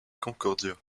concordia